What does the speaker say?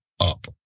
up